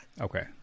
Okay